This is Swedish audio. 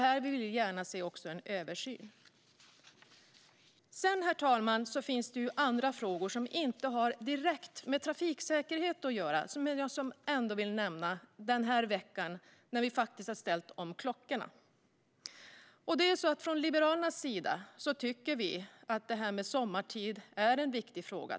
Här vill vi gärna se en översyn. Herr talman! Jag vill nämna en annan fråga, som inte har direkt med trafiksäkerhet att göra men som är aktuell just nu. I helgen ställde vi om klockorna. Från Liberalernas sida tycker vi att det här med sommartid är en viktig fråga.